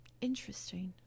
Interesting